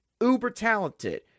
uber-talented